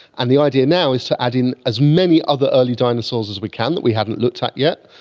and the idea now is to add in as many other early dinosaurs as we can that we haven't looked at yet,